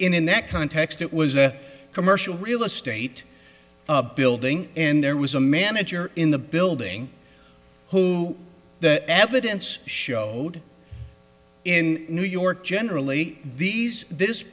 evaluated in that context it was a commercial real estate building and there was a manager in the building who the evidence showed in new york generally these this